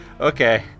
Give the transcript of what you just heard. Okay